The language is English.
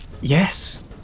Yes